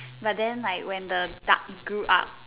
but then like when the duck grew up